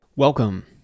Welcome